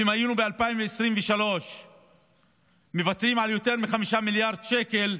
ואם היינו ב-2023 מוותרים על יותר מ-5 מיליארד שקל,